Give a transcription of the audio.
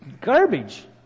garbage